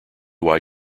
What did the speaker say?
why